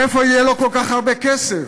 מאיפה יהיה לו כל כך הרבה כסף?